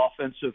offensive